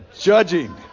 judging